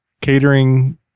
catering